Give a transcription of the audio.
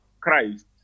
Christ